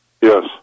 Yes